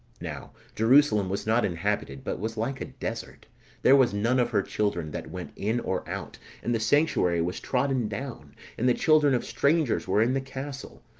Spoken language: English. now jerusalem was not inhabited, but was like a desert there was none of her children that went in or out and the sanctuary was trodden down and the children of strangers were in the castle,